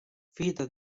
frieda